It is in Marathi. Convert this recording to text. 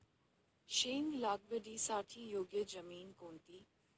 शेंग लागवडीसाठी योग्य जमीन कोणती?